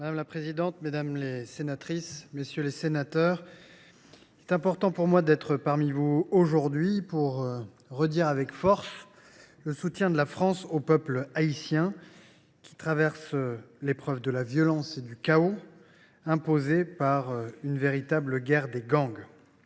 Madame la présidente, mesdames, messieurs les sénateurs, il est important pour moi d’être aujourd’hui face à vous pour redire avec force le soutien de la France au peuple haïtien, qui traverse l’épreuve de la violence et du chaos imposés par une véritable guerre des gangs.